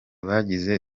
bagize